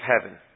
heaven